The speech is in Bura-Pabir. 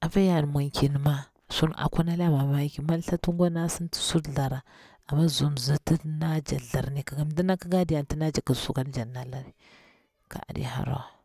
apa ya mwankin ma sun aluwa nalayar mamaki, mi di thati ngwa ɗa sinti sur thlara, amma zum mditi da jakti tharni kikari, gi mdi na kikari anti nda jakti kiti suni kan jakti nalari kah lari.